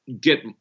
get